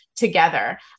together